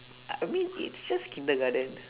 I mean it's just kindergarten